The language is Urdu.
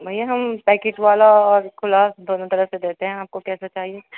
بھیا ہم پیکٹ والا اور کھلا دونوں طرح سے دیتے ہیں آپ کو کیسا چاہیے